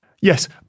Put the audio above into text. yes